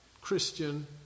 Christian